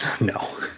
No